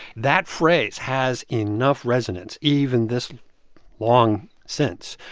that phrase has enough resonance, even this long since,